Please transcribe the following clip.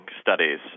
studies